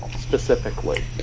specifically